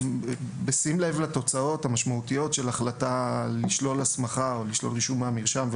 בשים לב לתוצאות המשמעותיות של ההחלטה לשלול הסמכה או רישום מהמרשם,